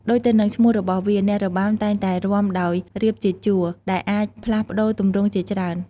ដូចទៅនឹងឈ្មោះរបស់វា អ្នករបាំតែងតែរាំដោយរៀបជាជួរ ដែលអាចផ្លាស់ប្តូរទម្រង់ជាច្រើន។